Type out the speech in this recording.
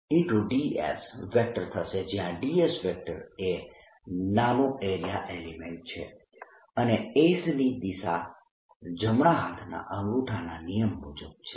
dS થશે જયાં dS એ નાનો એરીયા એલિમેન્ટ છે અને s ની દિશા જમણા હાથના અંગુઠાના નિયમ મુજબ છે